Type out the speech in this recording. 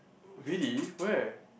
really where